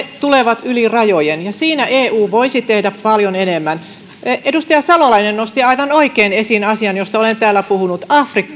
tulevat yli rajojen ja siinä eu voisi tehdä paljon enemmän edustaja salolainen nosti aivan oikein esiin asian josta olen täällä puhunut